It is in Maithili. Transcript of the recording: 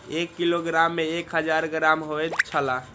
एक किलोग्राम में एक हजार ग्राम होयत छला